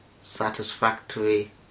satisfactory